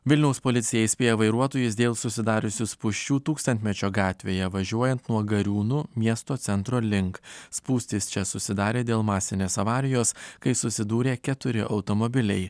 vilniaus policija įspėja vairuotojus dėl susidariusių spūsčių tūkstantmečio gatvėje važiuojant nuo gariūnų miesto centro link spūstys čia susidarė dėl masinės avarijos kai susidūrė keturi automobiliai